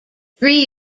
three